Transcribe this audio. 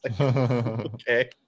Okay